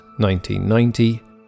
1990